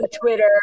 Twitter